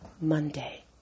Monday